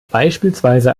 beispielsweise